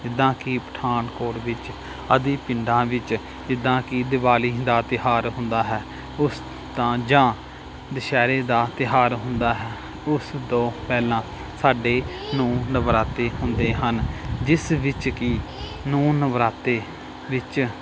ਜਿੱਦਾਂ ਕਿ ਪਠਾਨਕੋਟ ਵਿੱਚ ਆਦਿ ਪਿੰਡਾਂ ਵਿੱਚ ਜਿੱਦਾਂ ਕਿ ਦੀਵਾਲੀ ਦਾ ਤਿਉਹਾਰ ਹੁੰਦਾ ਹੈ ਉਸ ਤਾਂ ਜਾਂ ਦੁਸ਼ਹਿਰੇ ਦਾ ਤਿਉਹਾਰ ਹੁੰਦਾ ਹੈ ਉਸ ਤੋਂ ਪਹਿਲਾਂ ਸਾਡੇ ਨੌ ਨਰਾਤੇ ਹੁੰਦੇ ਹਨ ਜਿਸ ਵਿੱਚ ਕਿ ਨੌ ਨਰਾਤਿਆਂ ਵਿੱਚ